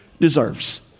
deserves